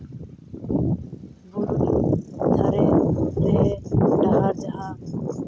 ᱵᱩᱨᱩ ᱫᱷᱟᱨᱮ ᱨᱮ ᱰᱟᱦᱟᱨ ᱡᱟᱦᱟᱸ